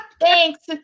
thanks